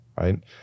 Right